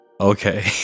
Okay